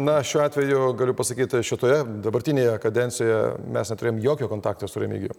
na šiuo atveju galiu pasakyt šitoje dabartinėje kadencijoje mes neturėjom jokio kontakto su remigijum